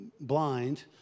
blind